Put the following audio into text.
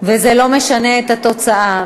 וזה לא משנה את התוצאה.